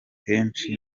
kenshi